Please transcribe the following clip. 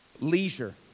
leisure